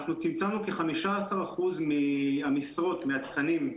אנחנו צמצמנו כ-15% מהמשרות, מהתקנים,